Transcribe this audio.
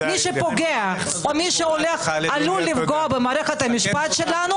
מי שפוגע או מי שעלול לפגוע במערכת המשפט שלנו